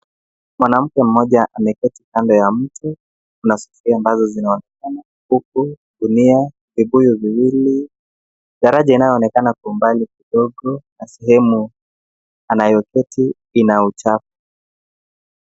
Mwanamke mmoja ameketi kando ya mti kuna sufuria ambazo zinaonekana huku gunia vibuyu viwili. Garaji inayonekana kwa umbali kidogo na sehemu anayo keti ina uchafu.